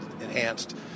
enhanced